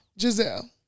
Giselle